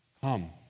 Come